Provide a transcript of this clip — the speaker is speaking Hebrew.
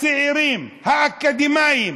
הצעירים האקדמאים,